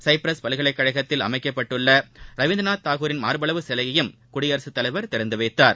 Cyprus பல்கலைக்கழகத்தில் அமைக்கப்பட்டுள்ள ரவீந்திநாத் தாகூரின் மாா்பளவு சிலையையும் குடியரசுத்தலைவர் திறந்து வைத்தார்